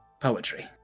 Poetry